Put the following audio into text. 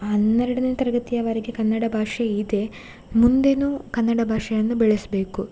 ಹನ್ನೆರಡನೇ ತರಗತಿಯವರೆಗೆ ಕನ್ನಡ ಭಾಷೆ ಇದೆ ಮುಂದೆಯೂ ಕನ್ನಡ ಭಾಷೆಯನ್ನು ಬೆಳೆಸಬೇಕು